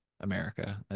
America